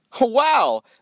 Wow